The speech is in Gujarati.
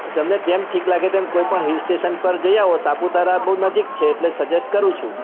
તો તમને તેમ ઠીક લાગે તેમ કોઈપણ હિલ સ્ટેશન પર જઈ આવો સાપુતારા બહુ નજીક છે એટલે સજેસ્ટ કરું છું